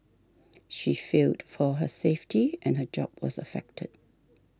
she feared for her safety and her job was affected